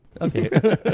Okay